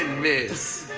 miss?